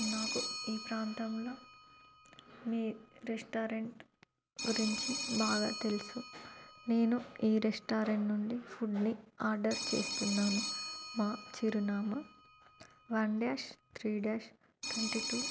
నాకు ఈ ప్రాంతంలో మీ రెస్టారెంట్ గురించి బాగా తెలుసు నేను ఈ రెస్టారెంట్ నుండి ఫుడ్ని ఆర్డర్ చేస్తున్నాను మా చిరునామా one dash three dash twenty two